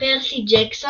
Percy Jackson's